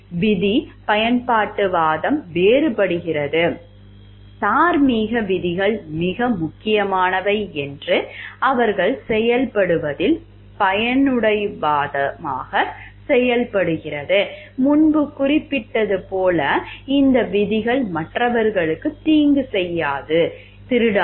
விதி பயன்பாட்டுவாதம் வேறுபடுகிறது தார்மீக விதிகள் மிக முக்கியமானவை என்று அவர்கள் செயல்படுவதில் பயனுடைவாதமாக செயல்படுகிறார்கள் முன்பு குறிப்பிட்டது போல இந்த விதிகள் மற்றவர்களுக்கு தீங்கு செய்யாதீர்கள் திருடாதீர்கள்